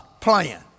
plan